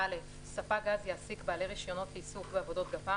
ספק גז יעסיק בעלי רישיונות לעיסוק בעבודות גפ"מ